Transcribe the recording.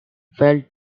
fled